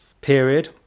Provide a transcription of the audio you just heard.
period